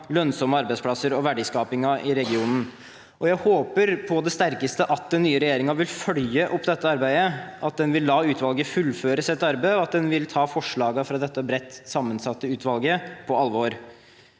lønnsomme arbeidsplasser og verdiskapingen i regionen. Jeg håper på det sterkeste at den nye regjeringen vil følge opp dette arbeidet, at den vil la utvalget fullføre sitt arbeid, og at den vil ta forslagene fra dette bredt sammensatte utvalget på alvor.